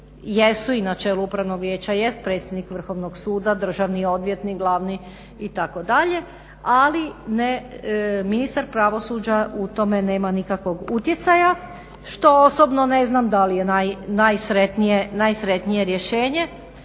jer na čelu upravnog vijeća jest predsjednik Vrhovnog suda, državni odvjetnik, glavni itd. ali ne ministar pravosuđa u tome nema nikakvog utjecaja, što osobno ne znam da li je najsretnije rješenje.